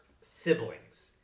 siblings